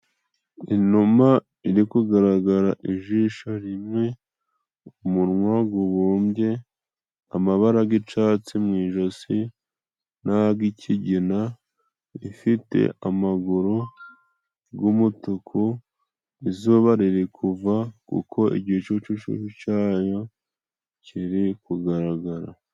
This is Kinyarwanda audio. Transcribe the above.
Inuma iri kugaragara ijisho rimwe, umunwa gubumbye, amabara g'icatsi mu ijosi n'ag'ikigina, ifite amaguru g'umutuku, izuba riri kuva kuko igicucu cayo kiri kugaragara.